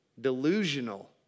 delusional